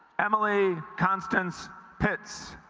emily constance pits